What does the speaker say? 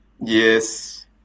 Yes